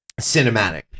cinematic